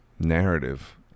narrative